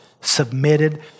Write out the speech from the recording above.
Submitted